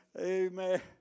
amen